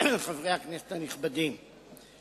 חברי הכנסת הנכבדים,